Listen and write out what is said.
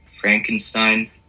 Frankenstein